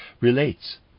relates